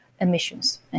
emissions